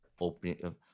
opening